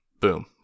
boom